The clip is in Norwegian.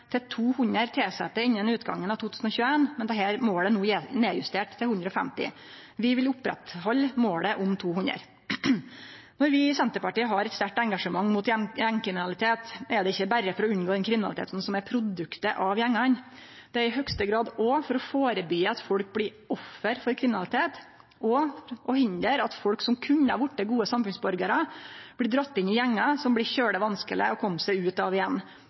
til 200 tilsette innan utgangen av 2021. Det målet er no nedjustert til 150. Vi vil oppretthalde målet om 200. Når vi i Senterpartiet har eit sterkt engasjement mot gjengkriminalitet, er det ikkje berre for å unngå kriminaliteten som er produktet av gjengane. Det er i høgste grad òg for å førebyggje at folk blir offer for kriminalitet, og hindre at folk som kunne ha vorte gode samfunnsborgarar, blir dregne inn i gjengar, som det er svært vanskeleg å komme seg ut av igjen.